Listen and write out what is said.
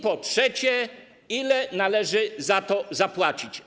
Po trzecie, ile należy za to zapłacić?